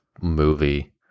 movie